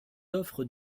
offres